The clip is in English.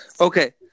Okay